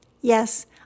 Yes